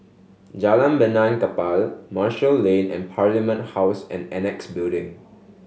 Jalan Benaan Kapal Marshall Lane and Parliament House and Annexe Building